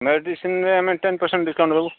ମେଡିସିନ୍ରେ ଆମେ ten percent discount ଦେବୁ